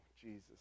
Jesus